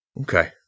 Okay